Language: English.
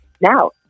Now